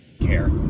care